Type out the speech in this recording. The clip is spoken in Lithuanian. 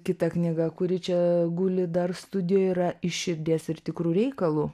kita knyga kuri čia guli dar studijoj yra iš širdies ir tikru reikalu